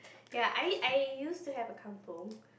ya I I used to have a kampung